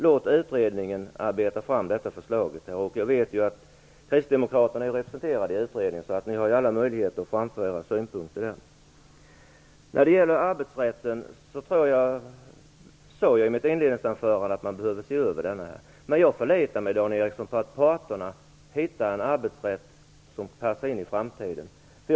Låt utredningen arbeta fram ett förslag! Jag vet att kristdemokraterna är representerade i utredningen, så ni har ju alla möjligheter att framföra era synpunkter där. Jag sade i mitt inledningsanförande att man behöver se över arbetsrätten. Jag förlitar mig på att parterna hittar en arbetsrätt som passar in i framtiden, Dan Ericsson.